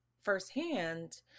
firsthand